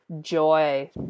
joy